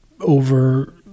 Over